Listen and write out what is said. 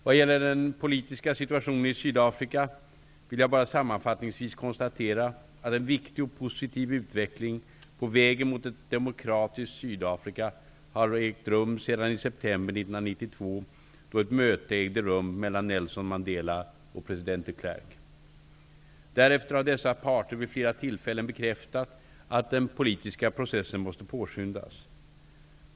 Vad gäller den politiska situationen i Sydafrika vill jag bara sammanfattningsvis konstatera att en viktig och positiv utveckling på vägen mot ett demokratiskt Sydafrika har ägt rum sedan i september 1992, då ett möte ägde rum mellan Nelson Mandela och president De Klerk. Därefter har dessa parter vid flera tillfällen bekräftat att den politiska processen måste påskyndas.